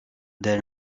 their